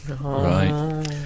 Right